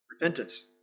Repentance